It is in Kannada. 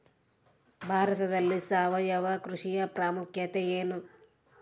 ಭಾರತದಲ್ಲಿ ಸಾವಯವ ಕೃಷಿಯ ಪ್ರಾಮುಖ್ಯತೆ ಎನು?